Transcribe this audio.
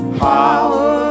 power